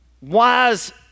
wise